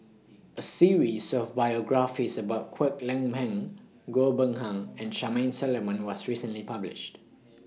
A series of biographies about Kwek Leng Beng Goh Ben Han and Charmaine Solomon was recently published